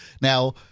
Now